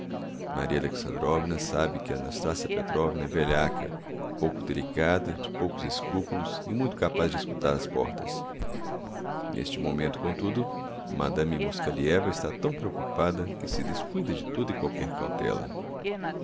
sala está condemnada maria alexandrovna sabe que a nastassia petrovna é velhaca pouco delicada de poucos escrupulos e muito capaz de escutar ás portas n'este momento comtudo madame moskalieva está tão preoccupada que se descuida de toda e qualquer cautélla